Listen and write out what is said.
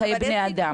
חיי בני אדם.